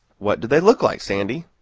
what did they look like, sandy?